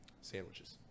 sandwiches